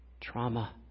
trauma